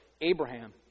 Abraham